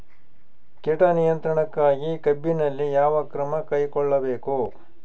ಕೇಟ ನಿಯಂತ್ರಣಕ್ಕಾಗಿ ಕಬ್ಬಿನಲ್ಲಿ ಯಾವ ಕ್ರಮ ಕೈಗೊಳ್ಳಬೇಕು?